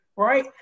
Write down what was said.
Right